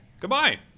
goodbye